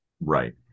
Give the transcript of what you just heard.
Right